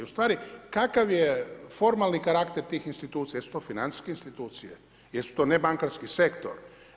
U stvari kakav je formalni karakter tih institucija, jesu to financijske institucije, jesu to nebankarski sektor?